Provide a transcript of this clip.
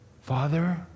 Father